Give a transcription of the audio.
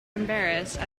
embarrassed